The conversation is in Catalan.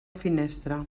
finestra